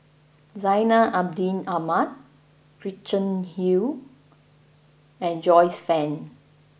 Zainal Abidin Ahmad Gretchen Liu and Joyce Fan